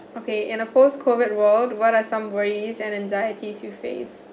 okay in a post COVID world what are some worries and anxieties you face